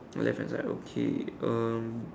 oh left hand side okay um